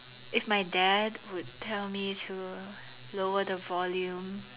if my dad would tell me to lower the volume